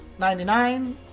99